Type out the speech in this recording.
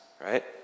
right